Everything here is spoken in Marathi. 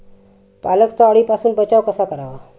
पालकचा अळीपासून बचाव कसा करावा?